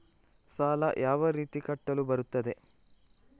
ಸಾಲ ಯಾವ ರೀತಿ ಕಟ್ಟಲು ಬರುತ್ತದೆ?